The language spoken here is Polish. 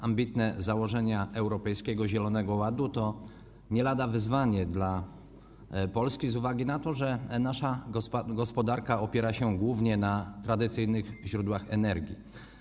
Ambitne założenia Europejskiego Zielonego Ładu to nie lada wyzwanie dla Polski z uwagi na to, że nasza gospodarka opiera się głównie na tradycyjnych źródłach energii.